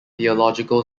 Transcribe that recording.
theological